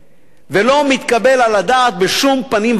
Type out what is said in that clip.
לא מתקבל על הדעת בשום פנים ואופן,